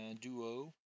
duo